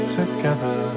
together